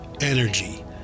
energy